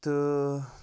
تہٕ